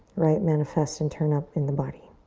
right, manifest and turn up in the body.